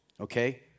okay